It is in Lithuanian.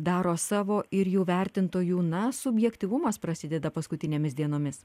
daro savo ir jų vertintojų na subjektyvumas prasideda paskutinėmis dienomis